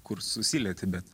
kur susilieti bet